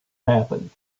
happen